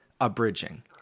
abridging